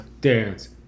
dance